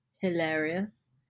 hilarious